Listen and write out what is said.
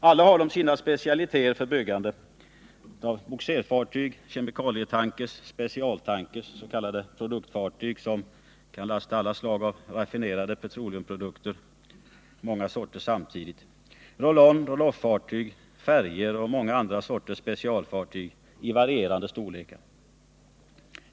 Alla har sina specialiteter när det gäller fartygsbyggande: bogserfartyg, kemikalietanker, specialtanker, s.k. produktfartyg som kan lasta alla slag av raffinerade petroleumprodukter — många sorter samtidigt — roll-on-roll-off-fartyg, färjor och många andra slags specialfartyg i varierande storlekar.